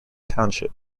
township